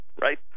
right